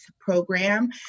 program